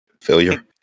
Failure